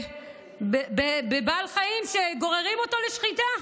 בבעל חיים שגוררים אותו לשחיטה.